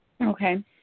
Okay